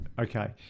Okay